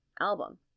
album